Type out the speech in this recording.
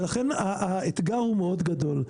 ולכן האתגר הוא מאוד גדול.